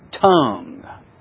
tongue